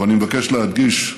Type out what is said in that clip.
אבל אני מבקש להדגיש: